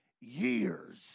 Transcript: years